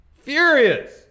Furious